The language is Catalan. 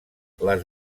les